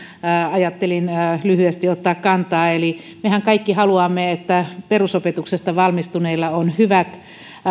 ajattelin lyhyesti ottaa kantaa mehän kaikki haluamme että perusopetuksesta valmistuneilla on hyvät